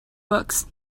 books